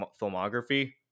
filmography